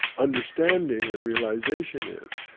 understanding and realization is,